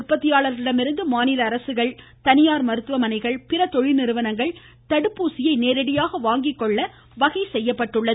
உற்பத்தியாளர்களிடமிருந்து மாநில தனியார் இத்தடுப்பூசி அரசுகள் மருத்துவமனைகள் பிற தொழிற்நிறுவனங்கள் தடுப்பூசியை நேரடியாக வாங்கிக் கொள்ள வகை செய்யப்பட்டுள்ளது